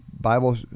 Bible